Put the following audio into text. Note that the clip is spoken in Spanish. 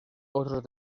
otros